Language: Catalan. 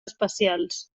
especials